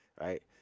right